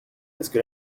presque